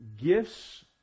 Gifts